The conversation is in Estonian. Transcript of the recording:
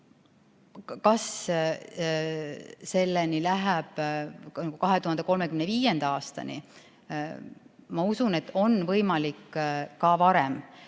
Kas sellega läheb 2035. aastani? Ma usun, et see on võimalik ka varem.